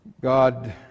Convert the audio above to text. God